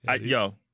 Yo